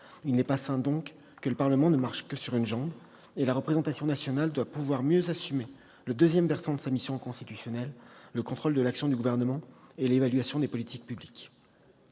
Il n'est pas sain, donc, que le Parlement ne marche que sur une jambe. La représentation nationale doit pouvoir mieux assumer le deuxième versant de sa mission constitutionnelle : le contrôle de l'action du Gouvernement et l'évaluation des politiques publiques.